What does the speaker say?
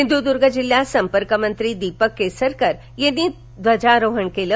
सिंधुदर्ग जिल्ह्यात संपर्कमंत्री दीपक केसरकर यांनी ध्वजारोहण केलं